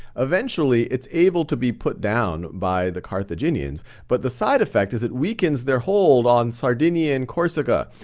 eventually, it's able to be put down by the carthaginians but the side effect is it weakens their hold on sardinian corsica.